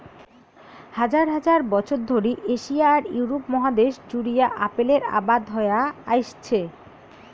হাজার হাজার বছর ধরি এশিয়া আর ইউরোপ মহাদ্যাশ জুড়িয়া আপেলের আবাদ হয়া আইসছে